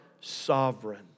sovereign